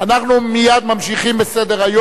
אנחנו ממשיכים בסדר-היום.